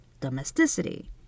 domesticity